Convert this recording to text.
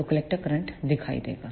तो collector current दिखाई देगा